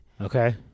Okay